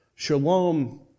Shalom